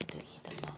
ꯑꯗꯨꯒꯤꯗꯃꯛ